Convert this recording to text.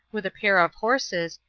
with a pair of horses,